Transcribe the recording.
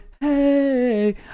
hey